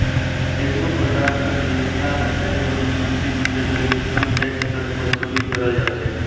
केतनो परकार कर सुबिधा देहे बर मइनसे मन जग ले इनकम टेक्स कर बसूली करल जाथे